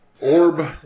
Orb